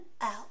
out